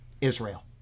Israel